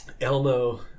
Elmo